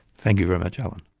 thank you very much, alan.